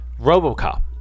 Robocop